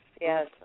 yes